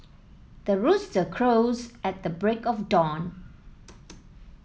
the rooster crows at the break of dawn